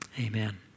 Amen